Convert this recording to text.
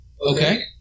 Okay